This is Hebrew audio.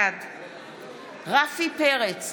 בעד רפי פרץ,